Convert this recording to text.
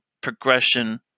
progression